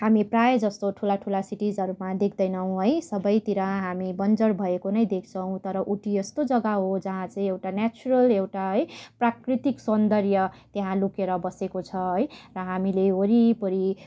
हामी प्रायःजस्तो ठुला ठुला सिटिजहरूमा देख्दैनौँ है सबैतिर हामी बञ्जर भएको नै देख्छौँ तर उटी यस्तो जग्गा हो जहाँ चाहिँ एउटा नेचुरल एउटा है प्राकृतिक सौन्दर्य त्यहाँ लुकेर बसेको छ है र हामीले वरिपरि